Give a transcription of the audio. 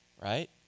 Right